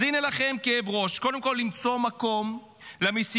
אז הינה לכם כאב ראש: קודם כול למצוא מקום למסיבה,